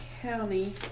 County